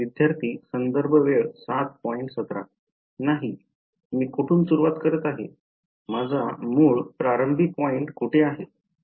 विद्यार्थीः नाही मी कुठून सुरुवात करत आहे माझा मूळ प्रारंभी पॉईंट कुठे आहे